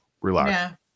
relax